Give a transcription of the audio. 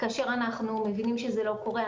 כאשר אנחנו מבינים שזה לא קורה,